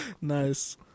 nice